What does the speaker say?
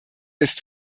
ist